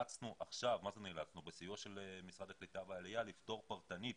בסיוע של משרד הקליטה והעלייה נאלצנו לפטור פרטנית